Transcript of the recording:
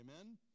Amen